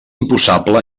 imposable